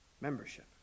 membership